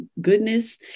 goodness